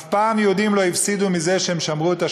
אף פעם יהודים לא הפסידו מזה שהם שמרו את השבת.